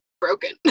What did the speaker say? broken